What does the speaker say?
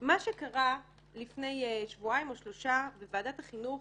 מה שקרה לפני שבועיים או שלושה שבועות בוועדת החינוך